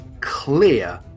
clear